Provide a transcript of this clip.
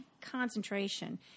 concentration